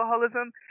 alcoholism